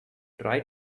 try